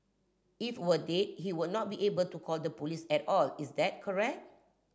if were dead he would not be able to call the police at all is that correct